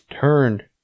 turned